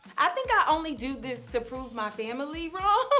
i think i only do this to prove my family wrong.